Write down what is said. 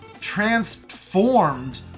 transformed